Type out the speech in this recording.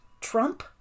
Trump